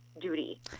duty